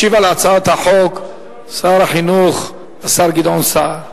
ישיב על הצעת החוק שר החינוך, השר גדעון סער.